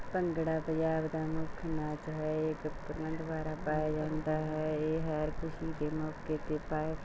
ਭੰਗੜਾ ਪੰਜਾਬ ਦਾ ਮੁੱਖ ਨਾਚ ਹੈ ਇਹ ਗੱਭਰੂਆਂ ਦੁਆਰਾ ਪਾਇਆ ਜਾਂਦਾ ਹੈ ਇਹ ਹਰ ਖੁਸ਼ੀ ਦੇ ਮੌਕੇ 'ਤੇ ਪਇਆ